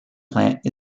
plant